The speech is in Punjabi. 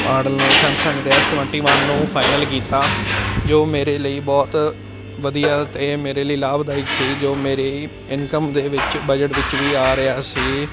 ਟਵੈਂਟੀ ਵੰਨ ਨੂੰ ਫਾਈਨਲ ਕੀਤਾ ਜੋ ਮੇਰੇ ਲਈ ਬਹੁਤ ਵਧੀਆ ਅਤੇ ਮੇਰੇ ਲਈ ਲਾਭਦਾਇਕ ਸੀ ਜੋ ਮੇਰੀ ਇਨਕਮ ਦੇ ਵਿੱਚ ਬਜਟ ਵਿੱਚ ਵੀ ਆ ਰਿਹਾ ਸੀ